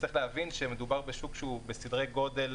צריך להבין שמדובר בשוק שהוא בסדרי גודל